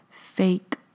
fake